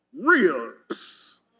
ribs